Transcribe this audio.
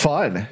Fun